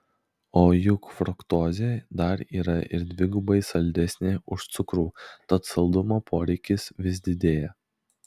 o juk fruktozė dar yra ir dvigubai saldesnė už cukrų tad saldumo poreikis vis didėja